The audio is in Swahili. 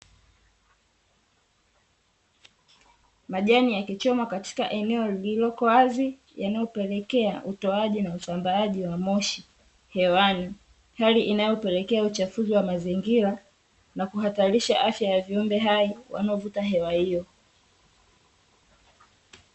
Majani yakichomwa katika eneo lililoko wazi yanayopelekea utoaji na usambaaji wa moshi hewani hali inayopelekea uchafuzi wa mazingira na kuhatarisha afya ya viumbe hai wanaovuta hewa hiyo.